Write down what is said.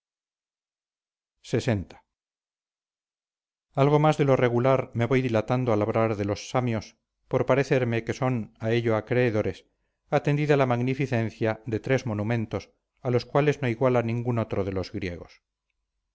lx algo más de lo regular me voy dilatando al hablar de los samios por parecerme que son a ello acreedores atendida la magnificencia de tres monumentos a los cuales no iguala ningún otro de los griegos